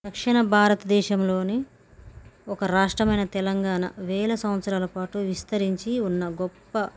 దక్షిణ భారతదేశంలోని ఒక రాష్ట్రమైన తెలంగాణ వేల సంవత్సరాల పాటు విస్తరించి ఉన్న గొప్ప